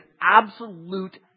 absolute